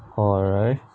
alright